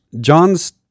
John's